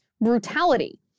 brutality